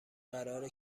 قراره